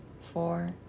four